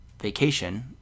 vacation